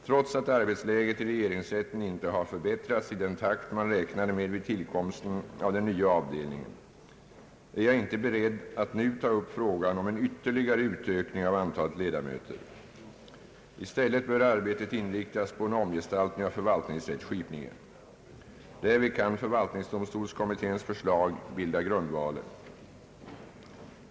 Trots att arbetsläget i regeringsrätten inte förbättrats i den takt man räknade med vid tillkomsten av den nya avdelningen är jag inte beredd att nu ta upp frågan om en ytterligare utökning av antalet ledamöter. I stället bör arbetet inriktas på en omgestaltning av förvaltningsrättskipningen. Därvid kan förvaltningsdomstolskommitténs förslag bilda grundvalen.